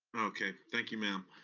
okay, thank you ma'am.